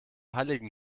halligen